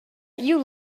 you